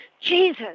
Jesus